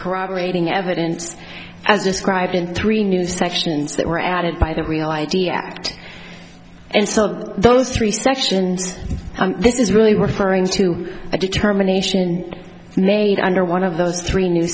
corroborating evidence as described in three new sections that were added by the real i d act and so those three sections this is really referring to a determination made under one of those three new